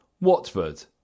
Watford